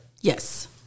Yes